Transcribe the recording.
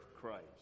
Christ